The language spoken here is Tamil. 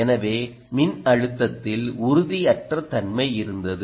எனவேமின்னழுத்தத்தில் உறுதியற்ற தன்மை இருந்தது